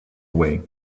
away